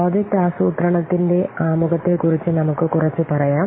project ആസൂത്രണത്തിന്റെ ആമുഖത്തെക്കുറിച്ച് നമുക്ക് കുറച്ച് പറയാം